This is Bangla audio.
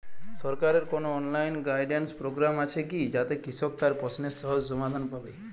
সরকারের কোনো অনলাইন গাইডেন্স প্রোগ্রাম আছে কি যাতে কৃষক তার প্রশ্নের সহজ সমাধান পাবে?